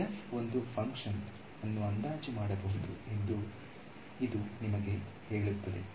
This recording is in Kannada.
f ಒಂದು ಫಂಕ್ಷನ್ ಅನ್ನು ಅಂದಾಜು ಮಾಡಬಹುದು ಎಂದು ಇದು ನಿಮಗೆ ಹೇಳುತ್ತದೆ